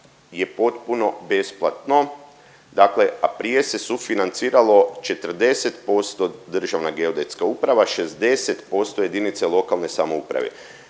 je potpuno besplatno dakle, a prije se sufinanciralo 40% Državna geodetska uprava, a 60% jedinica lokalne samouprave.